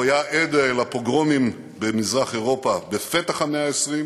הוא היה עד לפוגרומים במזרח-אירופה בפתח המאה ה-20,